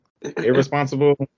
irresponsible